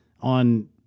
on